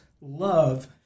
love